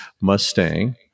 Mustang